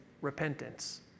repentance